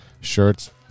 shirts